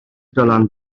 dylan